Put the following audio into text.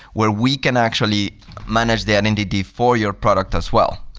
where we can actually manage the identity for your product as well.